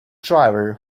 driver